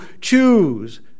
choose